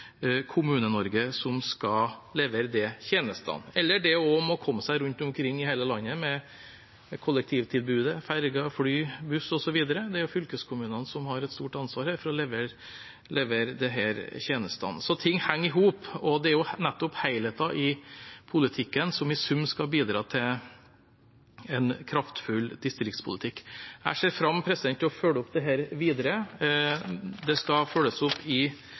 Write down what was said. som skal levere de tjenestene. Eller å komme seg rundt omkring i hele landet med kollektivtilbudet, ferger, fly, buss osv. – det er fylkeskommunene som har et stort ansvar for å levere disse tjenestene. Så ting henger i hop, og det er nettopp helheten i politikken som i sum skal bidra til en kraftfull distriktspolitikk. Jeg ser fram til å følge opp dette videre. Det skal følges opp både i distriktsmeldingen og i en rekke konkrete politikkområder, både før og etter at den blir lagt fram. Debatten i